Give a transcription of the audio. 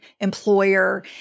employer